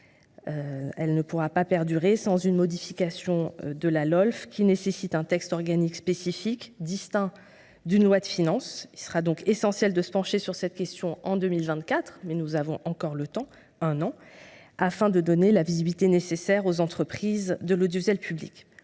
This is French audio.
Elle ne pourra pas perdurer sans une modification de la Lolf, qui nécessite un texte organique spécifique, distinct d’une loi de finances. Il sera donc essentiel de se pencher sur cette question en 2024 – nous avons donc encore le temps –, afin de donner la visibilité nécessaire aux entreprises de l’audiovisuel public.